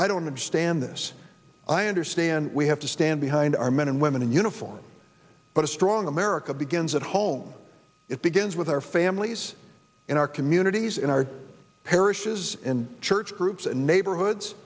i don't understand this i understand we have to stand behind our men and women in uniform but a strong america begins at home it begins with our families in our communities in our parishes and church groups and neighborhoods